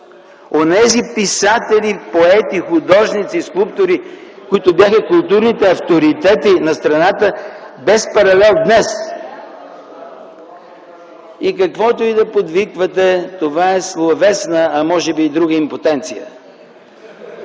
онези писатели, поети, художници, скулптори, които бяха културните авторитети на страната без паралел днес! (Реплики от СК.) И каквото и да подвиквате, това е словесна, а може би и друга импотенция,